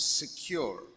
secure